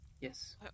Yes